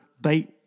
Bait